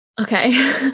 Okay